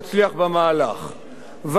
ולא, כשזה נתפס,